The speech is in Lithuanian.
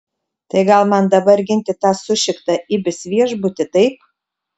tai gal man dabar ginti tą sušiktą ibis viešbutį taip